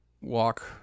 walk